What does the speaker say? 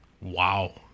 Wow